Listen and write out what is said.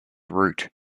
route